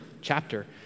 chapter